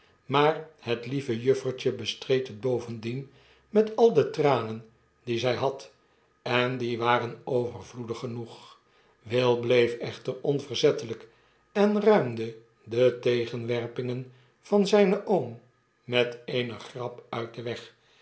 maar het lieve juffertje bestreed het bovendien met al de tranen die zy had en n die waren overvloedig genoeg will bleef echter onverzetteljjk en ruimde de tegenwerpingen van zjjnen oom met eene grap'uit den weg